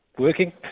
Working